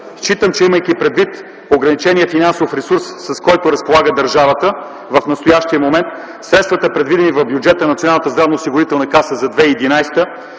Считам, че имайки предвид ограничения финансов ресурс, с който разполага държавата в настоящия момент, средствата, предвидени в бюджета на Националната